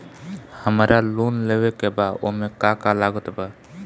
हमरा लोन लेवे के बा ओमे का का लागत बा?